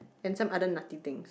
and some other nutty things